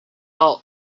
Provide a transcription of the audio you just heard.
are